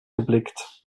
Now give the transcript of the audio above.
geblickt